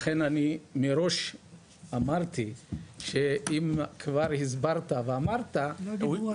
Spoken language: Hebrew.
לכן אני מראש אמרתי שאם כבר הסברת ואמרת --- לא דיברו על זה.